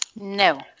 No